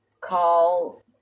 call